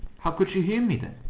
how could she hear me then?